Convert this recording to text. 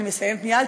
אני מסיימת מייד.